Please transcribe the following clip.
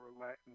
Latin